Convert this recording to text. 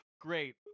great